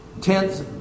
tents